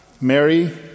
Mary